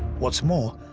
what's more,